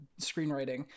screenwriting